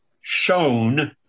shown